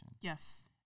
Yes